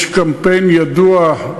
יש קמפיין ידוע,